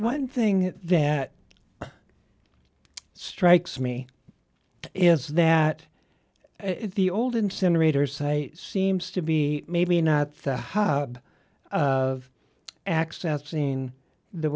one thing that strikes me is that the old incinerator site seems to be maybe not the hub of accessing the